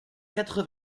quatre